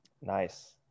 Nice